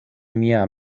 mia